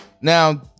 Now